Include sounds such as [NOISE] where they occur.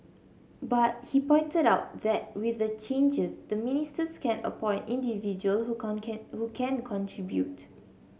but he pointed out that with the changes the ministers can appoint individual who [UNINTELLIGIBLE] can who can contribute